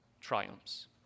triumphs